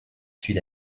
sud